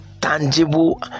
tangible